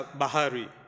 bahari